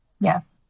Yes